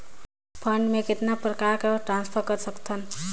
Fund मे कतना प्रकार से ट्रांसफर कर सकत हन?